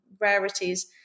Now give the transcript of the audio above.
rarities